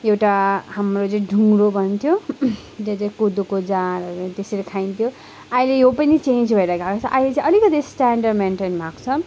एउटा हाम्रो चाहिँ ढुङ्ग्रो भन्थ्यो त्यहाँ चाहिँ कोदोको जाँडहरू त्यसरी खाइन्थ्यो अहिले यो पनि चेन्ज भएर गएको छ अहिले चाहिँ अलिकति स्टेनडर्ड मेनटेन भएको छ